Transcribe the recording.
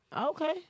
Okay